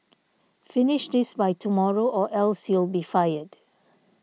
finish this by tomorrow or else you'll be fired